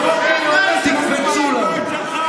תקפצו לנו.